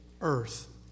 earth